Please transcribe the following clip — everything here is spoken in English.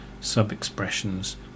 sub-expressions